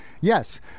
Yes